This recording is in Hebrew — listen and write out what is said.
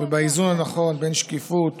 באיזון הנכון בין שקיפות